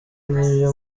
niyo